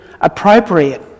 appropriate